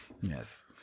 Yes